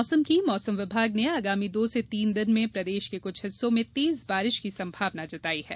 मौसम मौसम विभाग ने आगामी दो से तीन दिन में प्रदेश के क्छ हिस्सों में तेज बारिश की संभावना जताई है